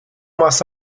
más